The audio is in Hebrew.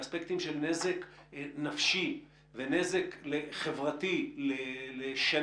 באספקטים של נזק נפשי, ונזק חברתי לשנים